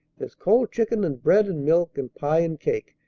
there's cold chicken and bread and milk and pie and cake,